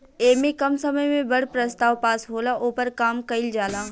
ऐमे कम समय मे बड़ प्रस्ताव पास होला, ओपर काम कइल जाला